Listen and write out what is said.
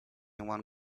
one